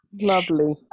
lovely